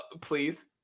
Please